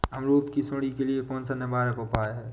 अमरूद की सुंडी के लिए कौन सा निवारक उपाय है?